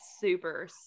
super